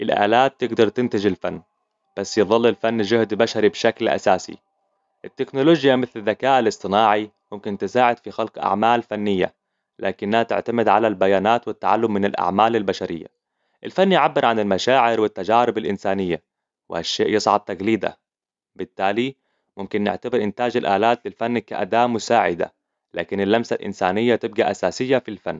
الألات تقدر تنتج الفن، بس يظل الفن جهد بشري بشكل أساسي. التكنولوجيا مثل الذكاء الاصطناعي ممكن تساعد في خلق أعمال فنية، لكنها تعتمد على البيانات والتعلم من الأعمال البشرية. الفن يعبر عن المشاعر والتجارب الإنسانية، وهالشيء يصعب تقليدها. بالتالي ممكن نعتبر إنتاج الألات للفن كأداة مساعدة، لكن اللمسة الإنسانية تبقي أساسية في الفن.